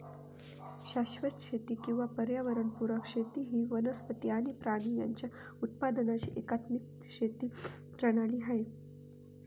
शाश्वत शेती किंवा पर्यावरण पुरक शेती ही वनस्पती आणि प्राणी यांच्या उत्पादनाची एकात्मिक शेती प्रणाली आहे